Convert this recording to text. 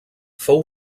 fou